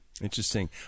Interesting